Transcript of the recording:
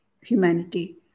humanity